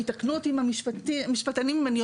יש פה